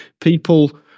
People